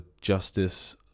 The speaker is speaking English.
justice